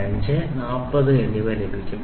5 40 എന്നിവ ലഭിക്കും